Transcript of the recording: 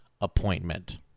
appointment